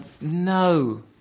No